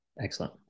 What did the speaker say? Excellent